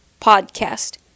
podcast